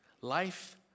Life